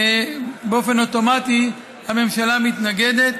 באופן אוטומטי הממשלה מתנגדת,